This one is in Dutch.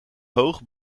hoog